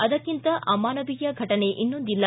ಅದಕ್ಕಿಂತ ಅಮಾನವಿಯ ಘಟನೆ ಇನ್ನೊಂದಿಲ್ಲ